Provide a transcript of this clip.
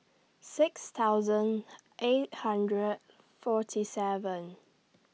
six thousand eight hundred forty seven